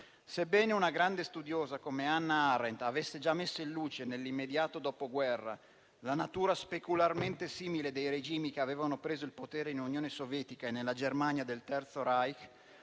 Sebbene una grande studiosa come Hannah Arendt avesse già messo in luce, nell'immediato Dopoguerra, la natura specularmente simile dei regimi che avevano preso il potere in Unione Sovietica e nella Germania del terzo Reich,